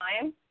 time